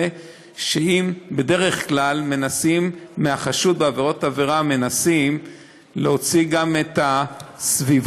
זה שבדרך כלל מהחשוד בעבירות ביטחון מנסים להוציא גם את הסביבה,